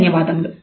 ధన్యవాదములు